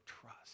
trust